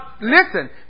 listen